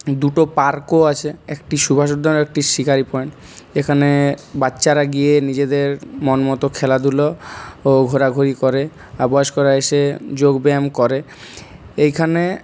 দুটো পার্কও আছে একটি সুভাষ উদ্যান একটি শিকারি পয়েন্ট এখানে বাচ্চারা গিয়ে নিজেদের মন মতো খেলাধুলো ও ঘোরাঘুরি করে আর বয়স্করা এসে যোগ ব্যায়াম করে এইখানে